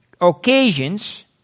occasions